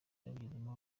bayigezemo